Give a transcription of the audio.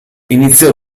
iniziò